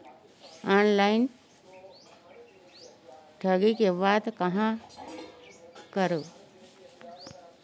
Online ठगी के बाद कहां करों?